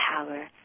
power